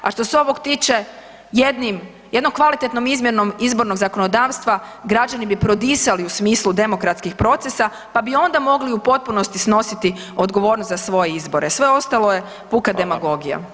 A što se ovog tiče jednom kvalitetnom izmjenom izbornog zakonodavstva građani bi prodisali u smislu demokratskih procesa, pa bi onda mogli u potpunosti snositi odgovornost za svoje izbore, sve ostalo je puka demagogija.